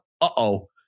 Uh-oh